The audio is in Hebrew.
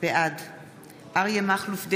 בעד אריה מכלוף דרעי,